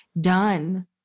done